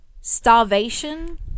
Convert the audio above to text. starvation